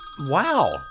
Wow